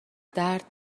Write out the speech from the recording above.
درد